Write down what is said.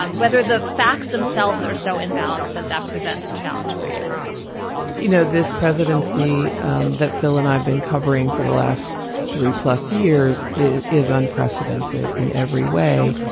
um whether the facts themselves are so imbalanced that that presents a challenge for you you know, this presidency um that phil and i've been covering for the last three plus years is unprecedented in every way.